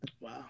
wow